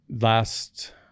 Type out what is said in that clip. last